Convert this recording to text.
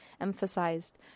emphasized